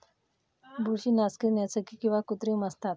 बुरशीनाशके नैसर्गिक किंवा कृत्रिम असतात